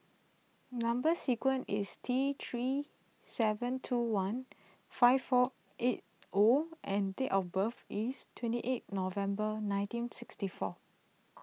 Number Sequence is T three seven two one five four eight O and date of birth is twenty eight November nineteen sixty four